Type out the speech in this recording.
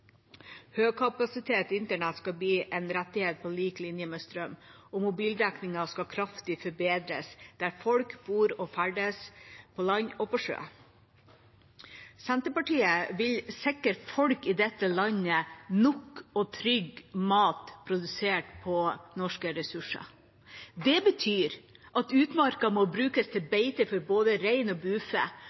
skal bli en rettighet på lik linje med strøm, og mobildekningen skal kraftig forbedres der folk bor og ferdes, på land og på sjø. Senterpartiet vil sikre folk i dette landet nok og trygg mat produsert på norske ressurser. Det betyr at utmarka må brukes til beite for både rein og bufe,